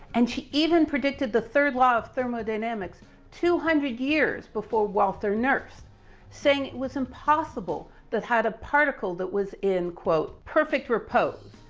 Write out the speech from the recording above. and she even predicted the third law of thermodynamics two hundred years before walther nernst saying it was impossible that had a particle that was in quote perfect repose.